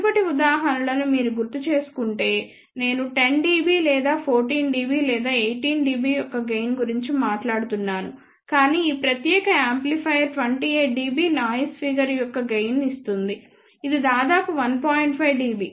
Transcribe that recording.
మునుపటి ఉదాహరణలను మీరు గుర్తుచేసుకుంటే నేను 10 dB లేదా 14 dB లేదా 18 dB యొక్క గెయిన్ గురించి మాట్లాడుతున్నాను కాని ఈ ప్రత్యేక యాంప్లిఫైయర్ 28 dB నాయిస్ ఫిగర్ యొక్క గెయిన్ ఇస్తుంది ఇది దాదాపు 1